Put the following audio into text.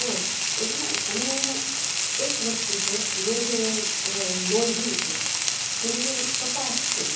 તો એટલા અને એક વસ્તુ છે મેં જે નોંધ્યું છે જેમકે કપાસ છે